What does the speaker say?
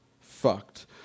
fucked